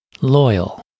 loyal